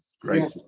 Great